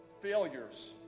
failures